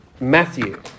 Matthew